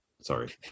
Sorry